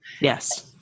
Yes